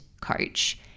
coach